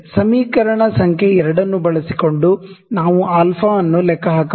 ಸಮೀಕರಣ ಸಂಖ್ಯೆ 2 ನ್ನು ಬಳಸಿಕೊಂಡು ನಾವು α ಅನ್ನು ಲೆಕ್ಕ ಹಾಕಬಹುದು